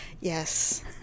Yes